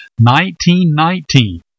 1919